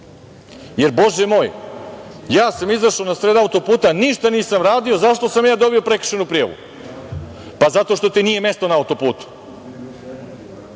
Jer bože moj, ja sam izašao na sred autoputa, ništa nisam radio, zašto sam ja dobio prekršajnu prijavu. Pa, zato što ti nije mesto na autoputu.